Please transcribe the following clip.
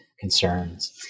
concerns